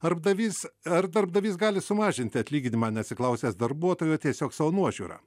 darbdavys ar darbdavys gali sumažinti atlyginimą neatsiklausęs darbuotojo tiesiog savo nuožiūra